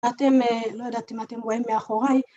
אתם, אה... לא יודעת אם אתם רואים מאחוריי...